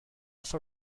for